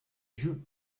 jeu